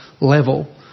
level